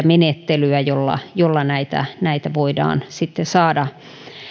menettelyä jolla jolla näitä elimiä voidaan sitten saada